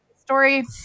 story